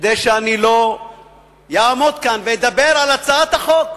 כדי שאני לא אעמוד כאן ואדבר על הצעת החוק.